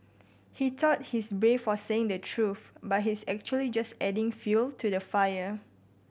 he thought he's brave for saying the truth but he's actually just adding fuel to the fire